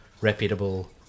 reputable